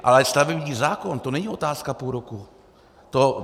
Ale stavební zákon, to není otázka půl roku.